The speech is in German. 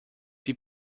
die